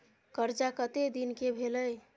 कर्जा कत्ते दिन के भेलै?